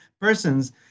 persons